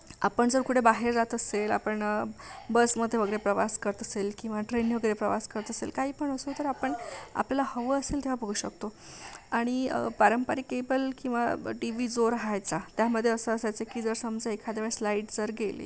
आपण जर कुठे बाहेर जात असेल आपण बसमध्ये वगैरे प्रवास करत असेल किंवा ट्रेनने वगैरे प्रवास करत असेल काहीपण असो तर आपण आपल्याला हवं असेल तेव्हा बघू शकतो आणि पारंपरिक केबल किंवा टी वी जो राहायचा त्यामध्ये असं असायचं की जर समजा एखाद्यावेळेस लाईट जर गेली